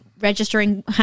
registering